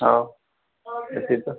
ହଉ ଏତିକି ତ